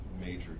major